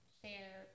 share